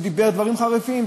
ודיבר דברים חריפים,